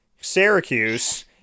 Syracuse